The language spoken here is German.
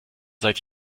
seit